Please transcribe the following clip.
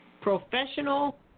Professional